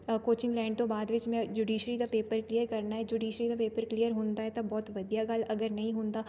coaching ਲੈਣ ਤੋਂ ਬਾਅਦ ਵਿੱਚ ਮੈਂ ਜੁਡੀਸ਼ਰੀ ਦਾ ਪੇਪਰ ਕਲੀਅਰ ਕਰਨਾ ਜੁਡੀਸ਼ਰੀ ਦਾ ਪੇਪਰ ਕਲੀਅਰ ਹੁੰਦਾ ਹੈ ਤਾਂ ਬਹੁਤ ਵਧੀਆ ਗੱਲ ਅਗਰ ਨਹੀਂ ਹੁੰਦਾ